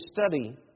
study